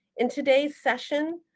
in today's session,